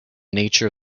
nature